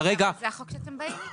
זה החוק שאתם באים איתו.